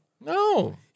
No